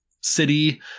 city